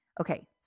Okay